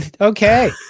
Okay